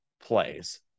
plays